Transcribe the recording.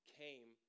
came